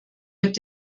mit